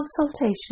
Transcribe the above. consultation